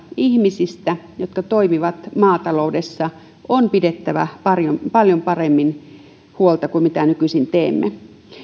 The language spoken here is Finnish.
ihmisistä jotka toimivat maataloudessa on pidettävä paljon paremmin huolta kuin nykyisin teemme